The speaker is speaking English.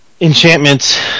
enchantments